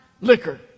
liquor